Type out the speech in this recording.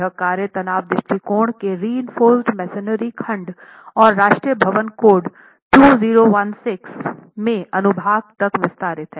यह कार्य तनाव दृष्टिकोण के रीइंफोर्स्ड मेसनरी खंड और राष्ट्रीय भवन कोड 2016 में अनुभाग तक विस्तारित है